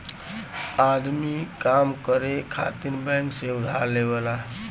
आदमी काम करे खातिर बैंक से उधार लेवला